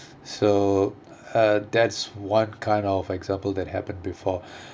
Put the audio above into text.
so uh that's one kind of example that happened before